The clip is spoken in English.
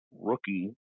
rookie